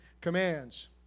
commands